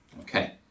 Okay